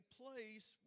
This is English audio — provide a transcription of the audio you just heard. place